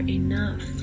enough